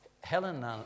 helen